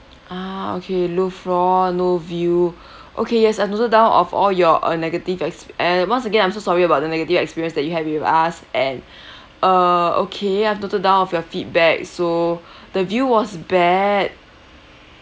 ah okay low floor no view okay yes I've noted down of all your uh negative ex~ and once again I'm so sorry about the negative experience that you had with us and err okay I've noted down of your feedback so the view was bad